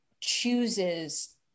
chooses